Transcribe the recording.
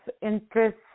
interest